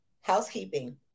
housekeeping